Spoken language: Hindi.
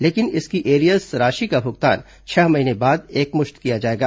लेकिन इसकी एरियर्स राशि का भुगतान छह महीने बाद एकमुश्त किया जाएगा